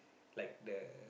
like the